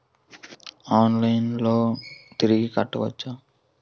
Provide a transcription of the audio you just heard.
ఆన్లైన్లో లోన్ తిరిగి కట్టోచ్చా?